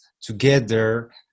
together